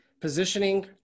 positioning